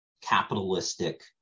capitalistic